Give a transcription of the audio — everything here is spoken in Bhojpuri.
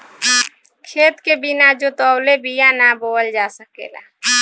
खेत के बिना जोतवले बिया ना बोअल जा सकेला